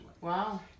Wow